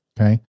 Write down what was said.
okay